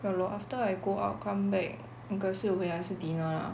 ya lor after I go out come back 应该是回来是 dinner lah